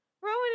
Rowan